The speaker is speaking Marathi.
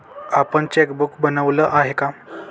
आपण चेकबुक बनवलं आहे का?